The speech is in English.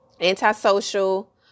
Antisocial